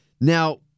Now